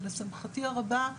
ולשמחתי הרבה,